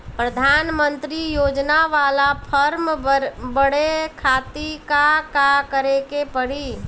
प्रधानमंत्री योजना बाला फर्म बड़े खाति का का करे के पड़ी?